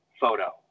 photo